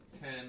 ten